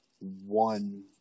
one